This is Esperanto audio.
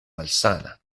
malsana